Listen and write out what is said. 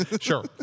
Sure